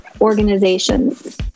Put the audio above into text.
organizations